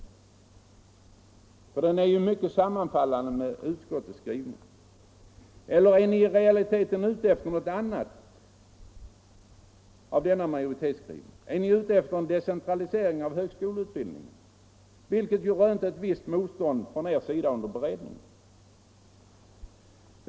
Den sammanfaller ju i mycket med utskottsskrivningen. Är ni i realiteten ute efter något annat i denna majoritetsskrivning? Är det decentraliseringen av högskoleutbildningen ni vill motsätta er, som ju skedde under beredningen?